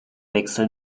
wechsel